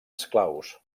esclaus